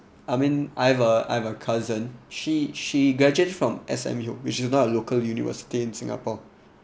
I mean I've a I have a cousin she she graduate from S_M_U which is not local university in singapore